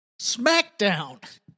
smackdown